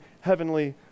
heavenly